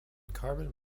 carbon